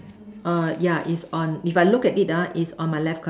err yeah it's on if I look at it ah its on my left correct